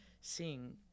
seeing